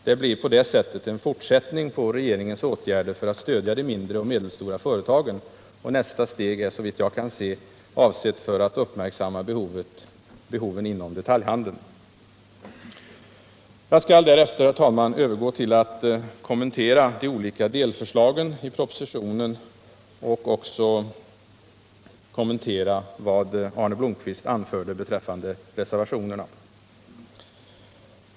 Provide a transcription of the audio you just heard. Det blir på detta sätt en fortsättning på regeringens åtgärder för att stödja de mindre och medelstora företagen —- och nästa steg är såvitt jag kan se avsett att uppmärksamma behoven inom detaljhandeln! Jag skall därefter övergå till att kommentera de olika delförslagen i propositionen samt det Arne Blomkvist anförde beträffande motionerna.